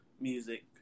music